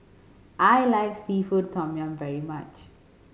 I like seafood tom yum very much